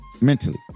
Mentally